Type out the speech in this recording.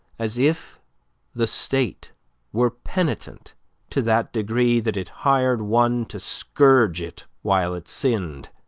as if the state were penitent to that degree that it hired one to scourge it while it sinned,